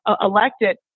elected